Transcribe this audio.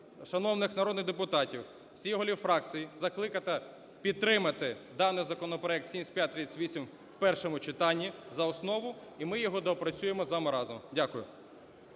шановних народних депутатів, всіх голів фракцій закликати підтримати даний законопроект 7538 в першому читанні за основу і ми його доопрацюємо з вами разом. Дякую.